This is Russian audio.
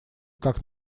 как